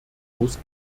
muss